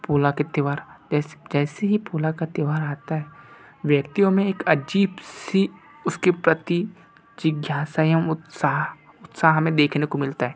पोला के त्यौहार जैसे ही पोला का त्यौहार आता है व्यक्तियों में एक अजीब सी उसके प्रति जिज्ञासा एवं उत्साह उत्साह हमें देखने को मिलता है